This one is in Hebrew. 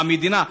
המדינה,